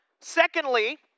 Secondly